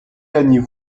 gagnez